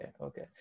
Okay